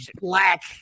black